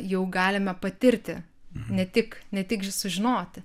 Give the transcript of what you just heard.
jau galime patirti ne tik ne tik sužinoti